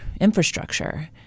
infrastructure